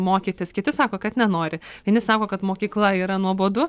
mokytis kiti sako kad nenori vieni sako kad mokykla yra nuobodu